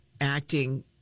acting